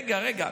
רגע, רגע,